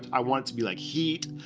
i want it to be like heat.